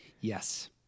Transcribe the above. Yes